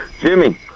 Jimmy